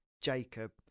Jacob